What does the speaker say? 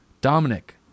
dominic